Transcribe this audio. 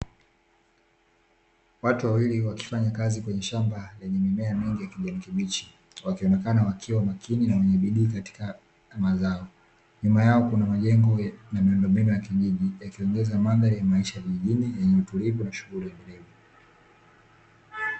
Watu wawili wakifanya kazi kwenye shamba lenye mimea mingi ya kijani kibichi wakionekana wakiwa makini na wenye bidii katika huduma zao nyuma yao kuna majengo na miundo mbinu ya kijiji yakieleza mada ya maisha ya kijijini yenye utulivu na shughuli muhimu.